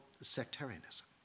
sectarianism